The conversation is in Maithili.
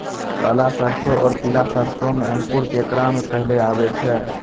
काला सरसो और पीला सरसो मे अंकुर केकरा मे पहले आबै छै?